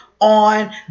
on